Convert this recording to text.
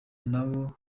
nabo